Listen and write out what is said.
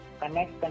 connect